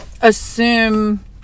assume